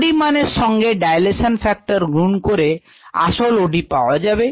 OD মানের সঙ্গে dilation factor গুন করে আসল OD পাওয়া যাবে